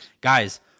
guys